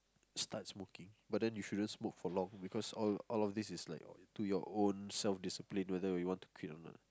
start smoking but then you shouldn't smoke for long because all all of this is like to your own self discipline whether you want to quit or not